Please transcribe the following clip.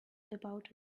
about